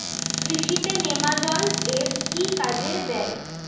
কৃষি তে নেমাজল এফ কি কাজে দেয়?